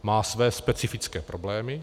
Má své specifické problémy.